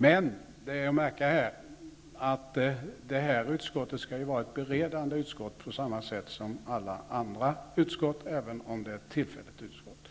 Men det är att märka att det här utskottet skall vara ett beredande organ på samma sätt som alla andra utskott, även om det är ett tillfälligt utskott.